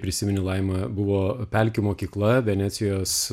prisimeni laima buvo pelkių mokykla venecijos